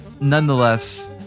nonetheless